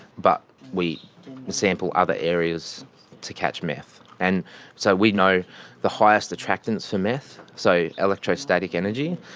but we sample other areas to catch meth and so we know the highest attractants for meth. so electrostatic energy.